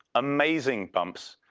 amazing bumps.